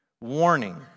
Warning